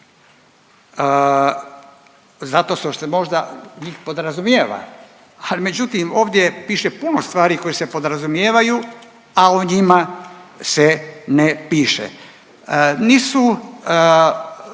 Zato što se možda njih podrazumijeva, ali međutim ovdje pište puno stvari koje se podrazumijevaju, a o njima se ne piše. Nisu